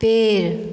पेड़